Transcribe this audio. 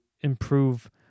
improve